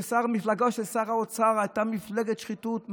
המפלגה של שר האוצר הייתה מפלגת שחיתות,